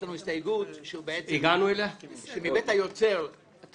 לנו הסתייגות שהיא בעצם מבית היוצר של מיקי.